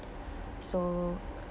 so